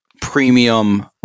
premium